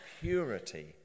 purity